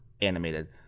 animated